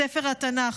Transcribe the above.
ספר התנ"ך.